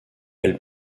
elle